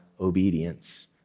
obedience